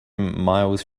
miles